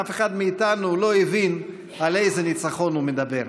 אף אחד מאיתנו לא הבין על איזה ניצחון הוא מדבר.